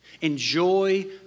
Enjoy